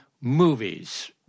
movies